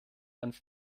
ans